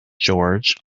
george